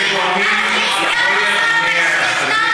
יכול להיות, אדוני סגן השר,